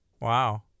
wow